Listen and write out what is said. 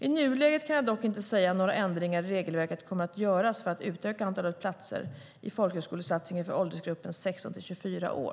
I nuläget kan jag dock inte säga om några ändringar i regelverket kommer att göras för att utöka antalet platser i folkhögskolesatsningen för åldersgruppen 16-24 år.